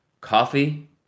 coffee